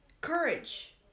Courage